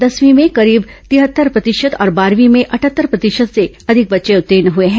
दसवीं में करीब तिहत्तर प्रतिशत और बारहवीं में अटहत्तर प्रतिशत से अधिक बच्चे उत्तीर्ण हुए हैं